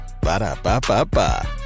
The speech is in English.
Ba-da-ba-ba-ba